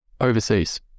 overseas